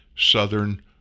southern